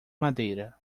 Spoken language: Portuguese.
madeira